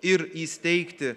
ir įsteigti